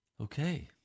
Okay